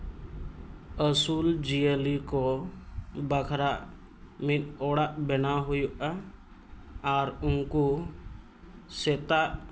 ᱟᱹᱥᱩᱞ ᱡᱤᱭᱟᱹᱞᱤ ᱠᱚ ᱵᱟᱠᱷᱨᱟ ᱢᱤᱫ ᱚᱲᱟᱜ ᱵᱮᱱᱟᱣ ᱦᱩᱭᱩᱜᱼᱟ ᱟᱨ ᱩᱱᱠᱩ ᱥᱮᱛᱟᱜ